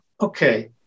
Okay